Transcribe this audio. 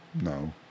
No